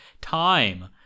time